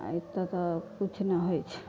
आ एतऽ तऽ किछु नहि होइत छै